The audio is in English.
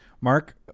Mark